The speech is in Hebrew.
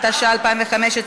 התשע"ה 2015,